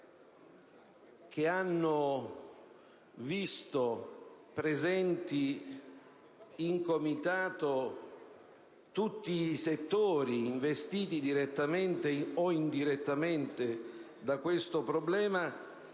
che hanno visto presenti in Comitato tutti i settori investiti direttamente o indirettamente da questo problema,